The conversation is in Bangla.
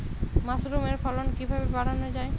মাসরুমের ফলন কিভাবে বাড়ানো যায়?